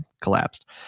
collapsed